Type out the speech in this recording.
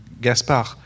Gaspard